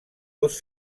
dos